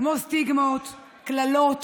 כמו סטיגמות, קללות